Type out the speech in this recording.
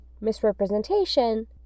misrepresentation